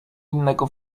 innego